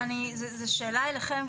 זו שאלה אליכם,